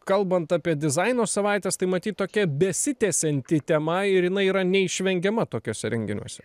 kalbant apie dizaino savaites tai matyt tokia besitęsianti tema ir jinai yra neišvengiama tokiuose renginiuose